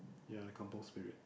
ya the Kampung Spirit